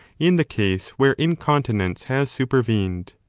in the case where incontinence has supervened.